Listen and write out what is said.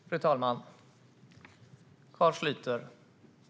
Fru talman!